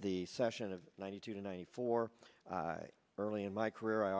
the session of ninety two to ninety four early in my career i